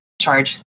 charge